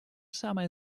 самое